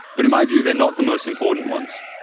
but, in my view, they're not the most important ones.